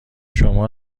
شما